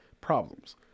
problems